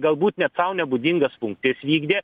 galbūt net sau nebūdingas funkcijas vykdė